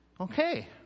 okay